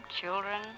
children